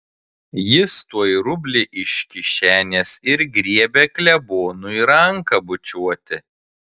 jis tuoj rublį iš kišenės ir griebia klebonui ranką bučiuoti